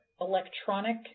electronic